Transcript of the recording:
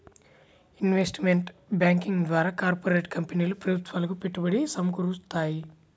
investment banking ద్వారా corporate కంపెనీలు ప్రభుత్వాలకు పెట్టుబడి సమకూరుత్తాయి